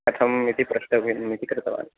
कथम् इति पृष्टव्यम् इति कृतवान्